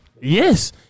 Yes